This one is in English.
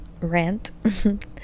rant